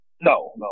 No